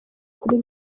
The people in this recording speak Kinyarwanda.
kuri